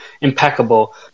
impeccable